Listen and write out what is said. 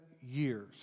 years